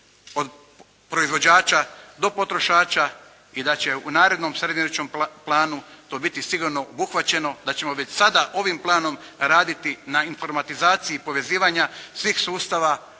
od proizvođača do potrošača i da će u narednom srednjoročnom planu to biti sigurno obuhvaćeno, da ćemo već sada, ovim planom raditi na informatizaciji povezivanja svih sustava